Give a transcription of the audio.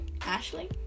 Ashley